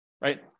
right